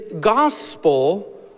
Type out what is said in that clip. gospel